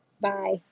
Bye